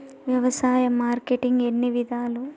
వ్యవసాయ మార్కెటింగ్ ఎన్ని విధాలు?